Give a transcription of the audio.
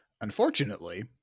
unfortunately